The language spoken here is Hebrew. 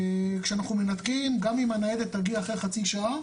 כשאנחנו מנתקים, גם אם הניידת תגיע אחרי חצי שעה